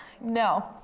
No